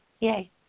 Yay